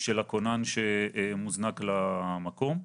של הכונן שמוזנק למקום.